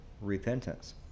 Repentance